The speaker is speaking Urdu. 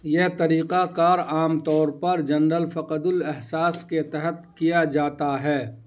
یہ طریقہ کار عام طور پر جنرل فقدالاحساس کے تحت کیا جاتا ہے